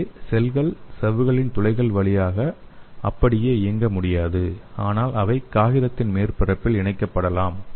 இங்கே செல்கள் சவ்வுகளின் துளைகள் வழியாக அப்படியே இயங்க முடியாது ஆனால் அவை காகிதத்தின் மேற்பரப்பில் இணைக்கப்படலாம்